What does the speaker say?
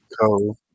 co